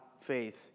faith